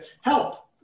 help